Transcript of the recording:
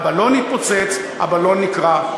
הבלון התפוצץ, הבלון נקרע.